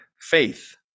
faith